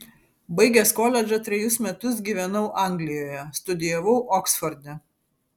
baigęs koledžą trejus metus gyvenau anglijoje studijavau oksforde